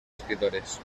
escritores